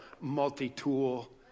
multi-tool